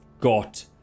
got